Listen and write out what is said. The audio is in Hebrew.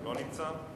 לא נמצא.